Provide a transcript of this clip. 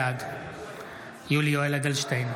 בעד יולי יואל אדלשטיין,